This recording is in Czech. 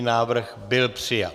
Návrh byl přijat.